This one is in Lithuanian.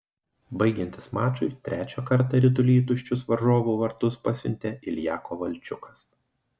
baigiantis mačui trečią kartą ritulį į tuščius varžovų vartus pasiuntė ilja kovalčiukas